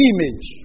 Image